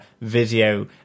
video